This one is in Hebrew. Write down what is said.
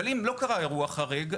אבל אם לא קרה אירוע חריג,